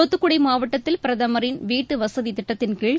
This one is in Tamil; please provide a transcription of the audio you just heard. தூத்துக்குடி மாவட்டத்தில் பிரதமரின் வீட்டுவசதித் திட்டத்தின்கீழ்